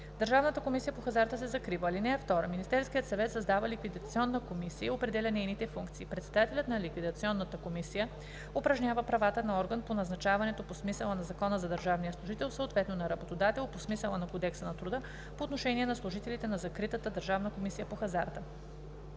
Държавната комисия по хазарта се закрива. (2) Министерският съвет създава ликвидационна комисия и определя нейните функции. Председателят на ликвидационната комисия упражнява правата на орган по назначаването по смисъла на Закона за държавния служител, съответно на работодател по смисъла на Кодекса на труда, по отношение на служителите на закритата Държавна комисия по хазарта.